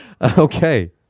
Okay